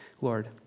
Lord